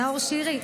נאור שירי,